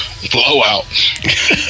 Blowout